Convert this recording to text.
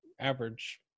average